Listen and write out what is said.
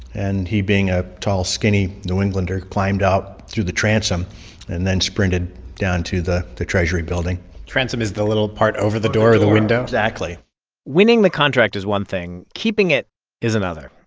and he being a tall, skinny new englander, climbed up through the transom and then sprinted down to the the treasury building transom is the little part over the door, the windows exactly winning the contract is one thing, keeping it is another.